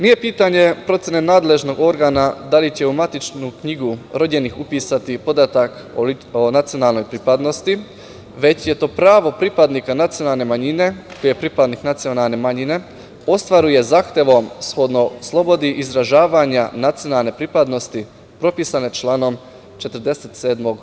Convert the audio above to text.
Nije pitanje procene nadležnog organa da li će u matičnu knjigu rođenih upisati podatak o nacionalnoj pripadnosti, već je to pravo pripadnika nacionalne manjine ostvaruje zahtevom shodno slobodi izražavanja nacionalne pripadnosti propisane članom 47.